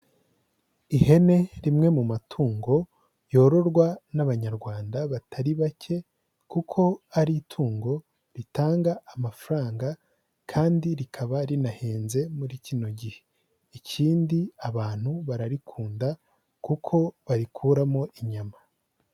Ihene rimwe mu matungo yororwa n'Abanyarwanda batari bake, kuko ari itungo ritanga amafaranga kandi rikaba rinahenze muri kino gihe, ikindi abantu bararikunda kuko barikuramo inyama.